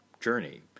journey